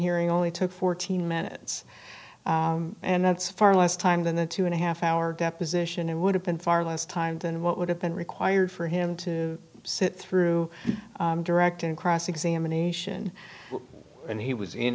hearing only took fourteen minutes and that's far less time than the two and a half hour deposition and would have been far less time than what would have been required for him to sit through direct and cross examination and he was in